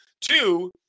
Two